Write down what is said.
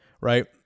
right